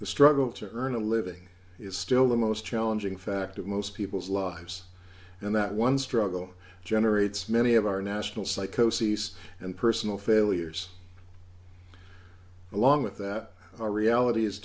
the struggle to earn a living is still the most challenging fact of most people's lives and that one struggle generates many of our national psychosis and personal failures along with that our reality is